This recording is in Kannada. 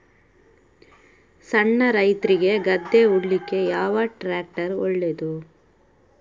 ಸಣ್ಣ ರೈತ್ರಿಗೆ ಗದ್ದೆ ಉಳ್ಳಿಕೆ ಯಾವ ಟ್ರ್ಯಾಕ್ಟರ್ ಒಳ್ಳೆದು?